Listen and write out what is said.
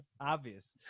obvious